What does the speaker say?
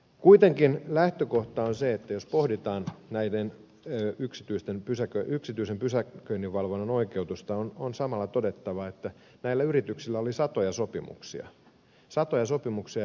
kuitenkin lähtökohta on se että jos pohditaan tämän yksityisen pysäköinninvalvonnan oikeutusta on samalla todettava että näillä yrityksillä oli satoja sopimuksia satoja sopimuksia